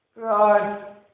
God